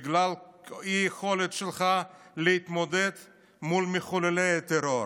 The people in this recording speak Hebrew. בגלל האי-יכולת שלך להתמודד מול מחוללי טרור.